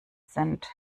sind